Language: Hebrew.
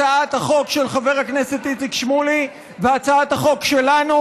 הצעת החוק של חבר הכנסת איציק שמולי והצעת החוק שלנו,